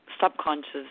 subconscious